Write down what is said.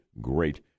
great